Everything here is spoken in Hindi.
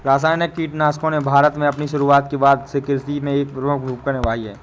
रासायनिक कीटनाशकों ने भारत में अपनी शुरूआत के बाद से कृषि में एक प्रमुख भूमिका निभाई हैं